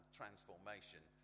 transformation